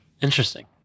Interesting